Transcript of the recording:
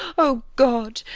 o god,